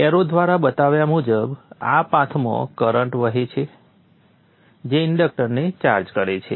arrow દ્વારા બતાવ્યા મુજબ આ પાથમાં કરંટ વહે છે જે ઇન્ડક્ટરને ચાર્જ કરે છે